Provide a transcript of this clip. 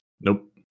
Nope